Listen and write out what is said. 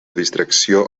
distracció